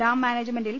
dam മാനേജ്മെന്റിൽ